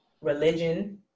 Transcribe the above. religion